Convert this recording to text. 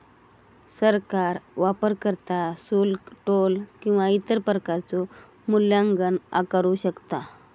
सरकार वापरकर्ता शुल्क, टोल किंवा इतर प्रकारचो मूल्यांकन आकारू शकता